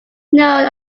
known